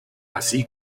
así